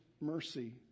mercy